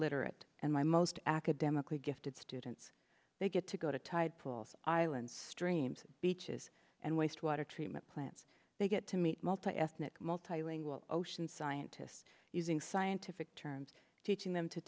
literate and my most academically gifted students they get to go to tide pools island streams beaches and wastewater treatment plants they get to meet multiethnic multilingual ocean scientists using scientific terms teaching them to